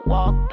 Walk